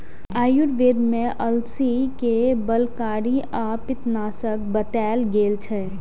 आयुर्वेद मे अलसी कें बलकारी आ पित्तनाशक बताएल गेल छै